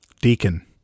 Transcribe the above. deacon